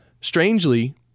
Strangely